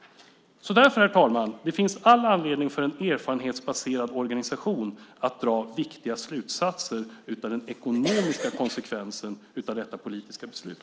Herr talman! Därför finns det all anledning för en erfarenhetsbaserad organisation att dra viktiga slutsatser av den ekonomiska konsekvensen av detta politiska beslut.